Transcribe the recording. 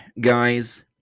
guys